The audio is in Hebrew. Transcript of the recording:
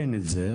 אין את זה.